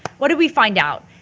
what did we find out?